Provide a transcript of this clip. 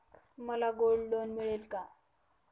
मला gold loan मिळेल का?